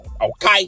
okay